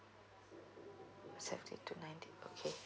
seventy two ninety okay